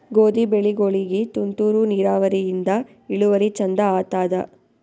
ಗೋಧಿ ಬೆಳಿಗೋಳಿಗಿ ತುಂತೂರು ನಿರಾವರಿಯಿಂದ ಇಳುವರಿ ಚಂದ ಆತ್ತಾದ?